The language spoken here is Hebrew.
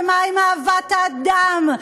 ומה עם אהבת האדם?